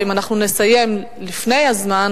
ואם אנחנו נסיים לפני הזמן,